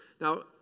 Now